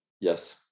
Yes